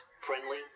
friendly